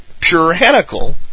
puritanical